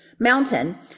Mountain